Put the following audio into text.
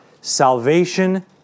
salvation